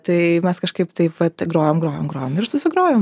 tai mes kažkaip taip vat grojom grojom grojom ir susigrojom